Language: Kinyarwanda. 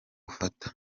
ufata